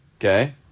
Okay